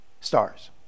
stars